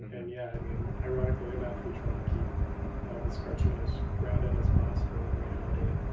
and yeah, i mean, ironically enough, we try to keep this cartoon as grounded as possible in reality,